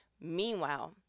Meanwhile